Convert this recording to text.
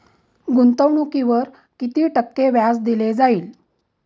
गुंतवणुकीवर किती टक्के व्याज दिले जाईल?